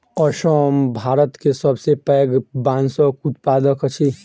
असम भारत के सबसे पैघ बांसक उत्पादक अछि